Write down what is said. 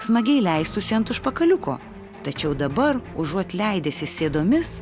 smagiai leistųsi ant užpakaliuko tačiau dabar užuot leidęsis sėdomis